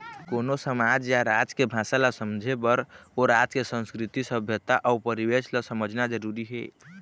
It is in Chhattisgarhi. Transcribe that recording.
कोनो समाज या राज के भासा ल समझे बर ओ राज के संस्कृति, सभ्यता अउ परिवेस ल समझना जरुरी हे